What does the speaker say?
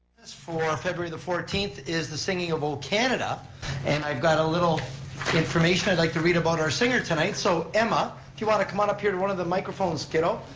for february the fourteenth is the singing of o canada and i've got a little information i'd like to read about our singer tonight, so emma, if you want to come on up here to one of the microphones, kiddo,